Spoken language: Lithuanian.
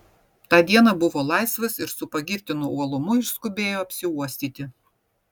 tą dieną buvo laisvas ir su pagirtinu uolumu išskubėjo apsiuostyti